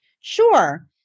Sure